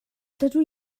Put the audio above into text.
dydw